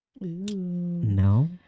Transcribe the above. no